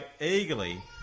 eagerly